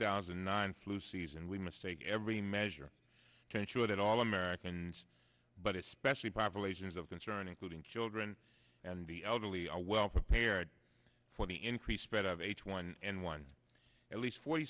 thousand and nine flu season we must take every measure to ensure that all americans but especially populations of concern including children and the elderly are well prepared for the increased spread of h one n one at least forty